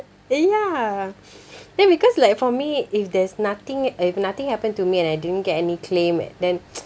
ya then because like for me if there's nothing uh if nothing happen to me and I didn't get any claim then